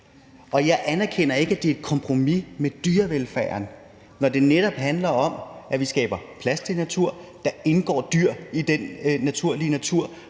Jeg anerkender ikke, at det er at gå på kompromis med dyrevelfærden, når det netop handler om, at vi skaber plads til natur, og at der indgår dyr i den naturlige natur.